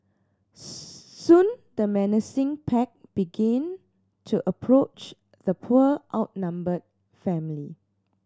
soon the menacing pack begin to approach the poor outnumbered family